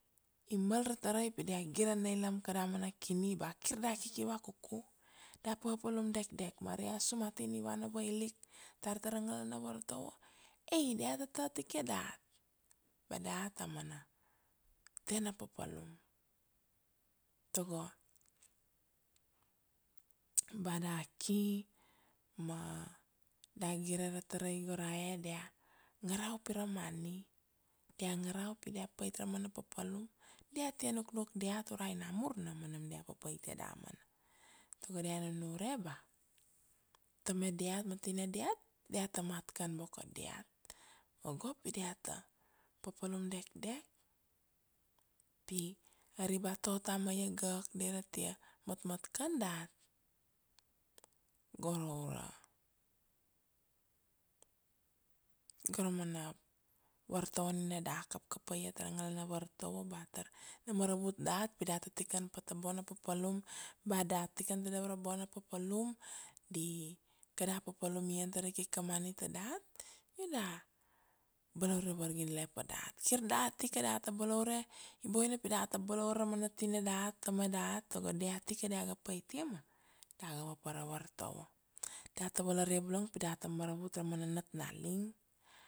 I mal ra tarai pi dia gire neilam kada mana kini ba kir kiki vakuku, da papalum dekdek mari a sumatin ivana vailik tar tara ngala na vartovo, ai diat ta tikede dat ba dat amana tena papalum togo ba da ki ma da gire ra tarai go rae dia ngarau pi ra mani, dia ngarau pi diat pait ra mana papalum diat tia nuknuk diat urai namur nam anam dia papaita damana, togo dia nunure ba tama diat ma tania diat, ta mat ken boko diat, mogo pi diat ta papalum dekdek pi, ari ba totam ma ya gak dira tia matmat ken dat, gora aurua gora mana vartovo nina da kapkapaia tara ngala na vartovo ba tar na maravut dat pi dat ta tiken pa ta boina papalum, ba dat tiken tedev ra aboina papalum, di kada papalum i antaria aikik a mani tadat, vida balaure vargile pa dat, kir dat ika dat ta balaure iboina pi dat ta balaure ra mana tine diat, tamai diat, togo diat ika diat ika dia ga paitia ma da ta vapar ra vartovo, diat ta valaria bulong pi dat ta maravut ra mana nat na ling,